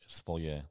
swoje